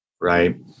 Right